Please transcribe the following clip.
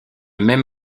même